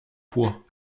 poids